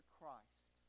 Christ